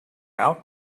out